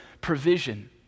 provision